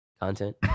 Content